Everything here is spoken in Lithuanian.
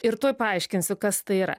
ir tuoj paaiškinsiu kas tai yra